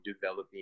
developing